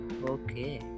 Okay